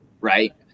right